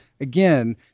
again